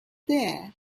there